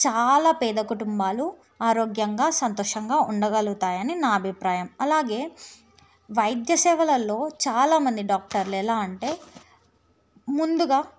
చాలా పేద కుటుంబాలు ఆరోగ్యంగా సంతోషంగా ఉండగలుగుతాయని నా అభిప్రాయం అలాగే వైద్య సేవలల్లో చాలా మంది డాక్టర్లు ఎలా అంటే ముందుగా